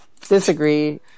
Disagree